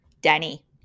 danny